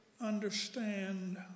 understand